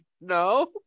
No